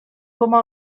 coma